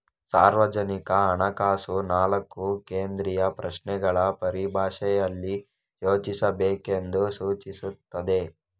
ಸಾರ್ವಜನಿಕ ಹಣಕಾಸು ನಾಲ್ಕು ಕೇಂದ್ರೀಯ ಪ್ರಶ್ನೆಗಳ ಪರಿಭಾಷೆಯಲ್ಲಿ ಯೋಚಿಸಬೇಕೆಂದು ಸೂಚಿಸುತ್ತದೆ